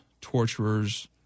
torturers